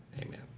Amen